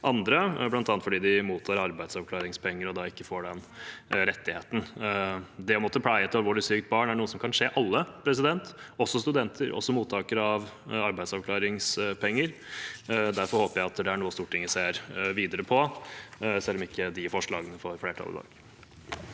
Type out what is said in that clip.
andre, bl.a. fordi de mottar arbeidsavklaringspenger og da ikke får den rettigheten. Det å måtte pleie et alvorlig sykt barn er noe som kan skje alle, også studenter og mottakere av arbeidsavklaringspenger. Derfor håper jeg det er noe Stortinget ser videre på, selv om de forslagene ikke får flertall i dag.